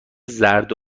زرد